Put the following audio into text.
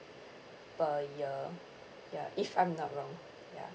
per year ya if I'm not wrong ya